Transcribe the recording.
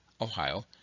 Ohio